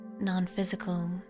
non-physical